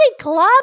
club